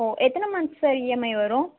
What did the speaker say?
ஓ எத்தனை months sir EMI வரும்